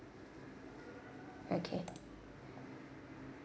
okay